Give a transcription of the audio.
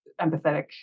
empathetic